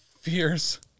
Fierce